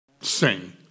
sing